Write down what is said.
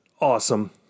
Awesome